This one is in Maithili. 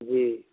जी